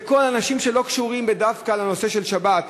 לכל האנשים שלא קשורים דווקא לנושא של שבת,